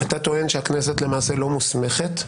אתה טוען שהכנסת למעשה לא מוסמכת,